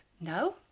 No